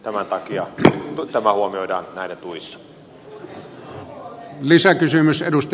tämän takia tämä huomioidaan näiden tuissa